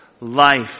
life